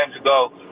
ago